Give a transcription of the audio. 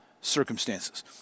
circumstances